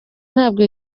ntabwo